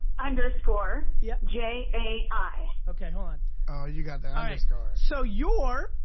underscore. yeah j a i. okay, hold on. oh you got that underscore. so you're,